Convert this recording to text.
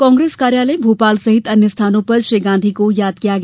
कांग्रेस कार्यालय भोपाल सहित अन्य स्थानों पर श्री गांधी को याद किया गया